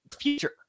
future